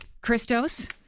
Christos